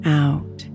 out